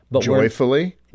joyfully